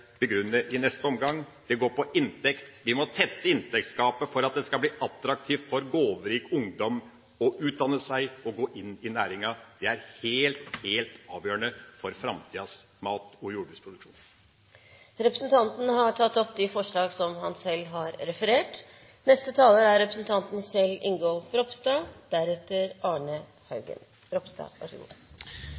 går på at vi må tette inntektsgapet slik at det blir attraktivt for begavet ungdom å utdanne seg og gå inn i næringa. Det er helt, helt avgjørende for framtidas mat- og jordbruksproduksjon. Representanten Per Olaf Lundteigen har tatt opp de forslagene han